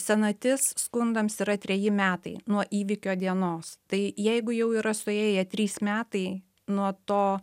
senatis skundams yra treji metai nuo įvykio dienos tai jeigu jau yra suėję trys metai nuo to